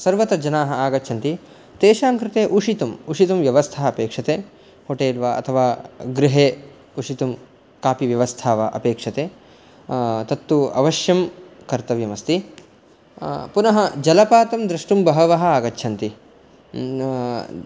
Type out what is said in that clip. सर्वत्र जनाः आगच्छन्ति तेषां कृते उषितुम् उषितुं व्यवस्था अपेक्षते होटेल् वा अथवा गृहे उषितुं कापि व्यवस्था वा अपेक्षते तत्तु अवश्यं कर्तव्यम् अस्ति पुनः जलपातं दृष्टुं बहवः आगच्छन्ति